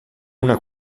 una